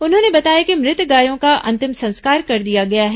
उन्होंने बताया कि मृत गायों का अंतिम संस्कार कर दिया गया है